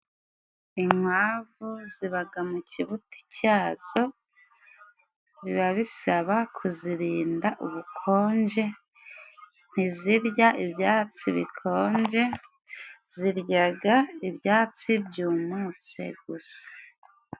Inkwavu zibaga mu kibuti cyazo, biba bisaba kuzirinda ubukonje, ntizirya ibyatsi bikonje, ziryaga ibyatsi byumutse gusa.